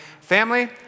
Family